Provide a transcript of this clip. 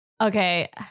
okay